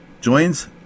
joins